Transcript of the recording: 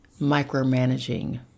micromanaging